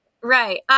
Right